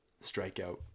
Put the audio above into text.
strikeout